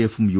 എഫും യു